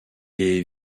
est